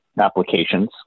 applications